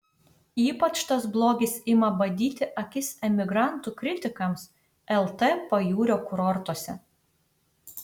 ypač tas blogis ima badyti akis emigrantų kritikams lt pajūrio kurortuose